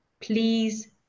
Please